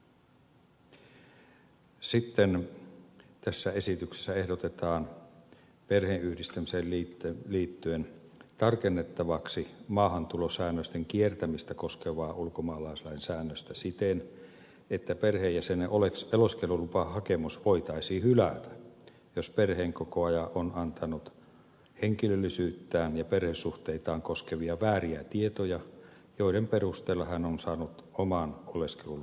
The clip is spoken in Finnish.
sitten tässä esityksessä ehdotetaan perheenyhdistämiseen liittyen tarkennettavaksi maahantulosäännösten kiertämistä koskevaa ulkomaalaislain säännöstä siten että perheenjäsenen oleskelulupahakemus voitaisiin hylätä jos perheenkokoaja on antanut henkilöllisyyttään ja perhesuhteitaan koskevia vääriä tietoja joiden perustella hän on saanut oman oleskelulupansa suomeen